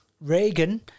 Reagan